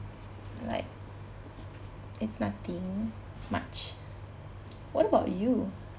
like it's nothing much what about you